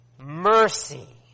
Mercy